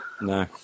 No